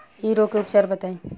इ रोग के उपचार बताई?